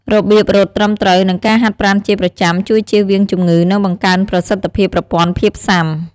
របៀបរត់ត្រឹមត្រូវ និងការហាត់ប្រាណជាប្រចាំជួយជៀសវាងជំងឺ និងបង្កើនប្រសិទ្ធភាពប្រព័ន្ធភាពសុាំ។